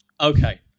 okay